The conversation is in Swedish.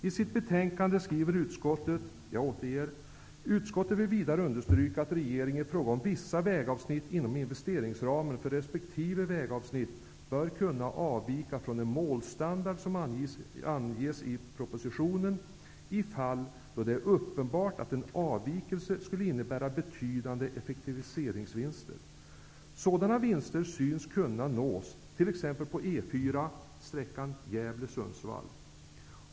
I sitt betänkande skriver utskottet: ''Utskottet vill vidare understryka att regeringen i fråga om vissa vägavsnitt inom investeringsramen för resp. vägavsnitt bör kunna avvika från den målstandard som anges i propositionen i fall då det är uppenbart att en avvikelse skulle innebära betydande effektivitetsvinster. Sådana vinster synes kunna nås t.ex. på E 4, sträckan Gävle--Sundsvall.